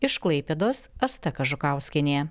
iš klaipėdos asta kažukauskienė